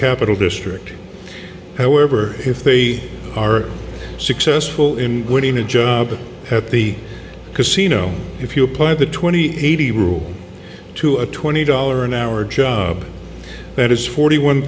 capital district however if they are successful in getting a job at the casino if you apply the twenty eighty rule to a twenty dollar an hour job that is forty one